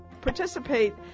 participate